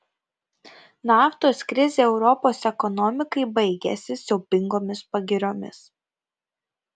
naftos krizė europos ekonomikai baigėsi siaubingomis pagiriomis